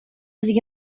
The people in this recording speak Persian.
دیگه